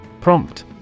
Prompt